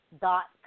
dot